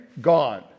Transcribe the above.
gone